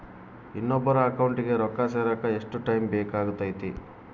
ಇನ್ನೊಬ್ಬರ ಅಕೌಂಟಿಗೆ ರೊಕ್ಕ ಸೇರಕ ಎಷ್ಟು ಟೈಮ್ ಬೇಕಾಗುತೈತಿ?